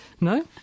No